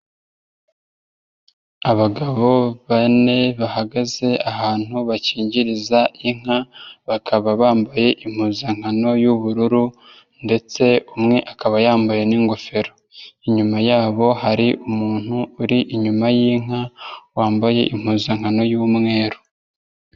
Abagabo bane bahagaze ahantu bakingiriza inka bakaba bambaye impuzankano y'ubururu ndetse umwe akaba yambaye n'ingofero, inyuma yabo hari umuntu uri inyuma y'inka wambaye impuzankano y'umweru.